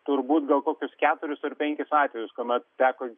turbūt gal kokius keturis ar penkis atvejus kuomet teko